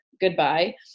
Goodbye